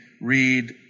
read